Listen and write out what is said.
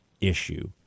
issue